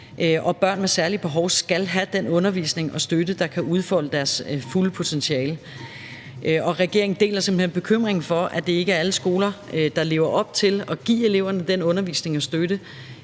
og børn med særlige behov skal have den undervisning og støtte, der kan udfolde deres fulde potentiale. Regeringen deler simpelt hen bekymringen for, at det ikke er alle skoler, der lever op til at give eleverne den undervisning og støtte,